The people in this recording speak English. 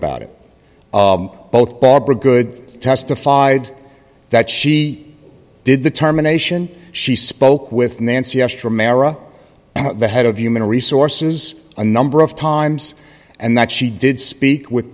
about it both barbara good testified that she did the terminations she spoke with nancy esther mehra the head of human resources a number of times and that she did speak with